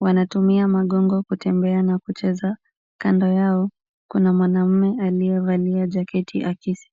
wanatumia magongo kutembea na kucheza. Kando yao kuna mwanaume aliyevalia jaketi akisi.